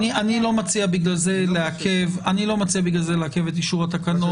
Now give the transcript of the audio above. אני לא מציע בגלל זה לעכב את אישור התקנות.